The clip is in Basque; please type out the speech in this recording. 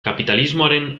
kapitalismoaren